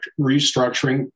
Restructuring